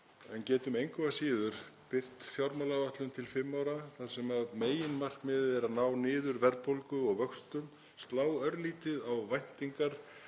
en getur engu að síður birt fjármálaáætlun til fimm ára þar sem meginmarkmiðið er að ná niður verðbólgu og vöxtum, slá örlítið á væntingar